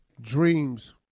Dreams